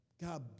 God